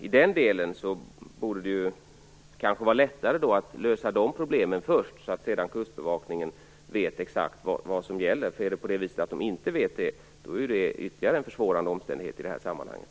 I den delen borde det kanske vara lättare att lösa de problemen först, så att sedan kustbevakningen vet exakt vad som gäller. Om man inte vet det är det ytterligare en försvårande omständighet i det här sammanhanget.